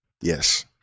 yes